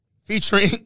featuring